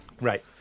Right